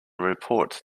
report